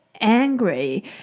angry